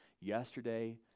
yesterday